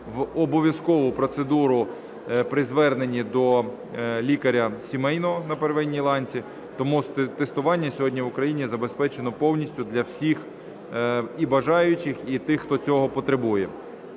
в обов'язкову процедуру при зверненні до лікаря сімейного на первинній ланці. Тому тестування сьогодні в Україні забезпечено повністю для всіх бажаючих і тих, хто цього потребує.